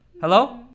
hello